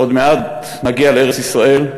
/ עוד מעט נגיע לארץ-ישראל.